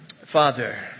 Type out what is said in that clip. father